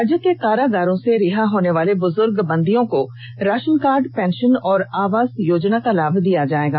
राज्य के कारागारों से रिहा होनेवाले बुजुर्ग बंदियों को राशन कार्ड पेंशन और आवास योजना का लाभ दिया जाएगा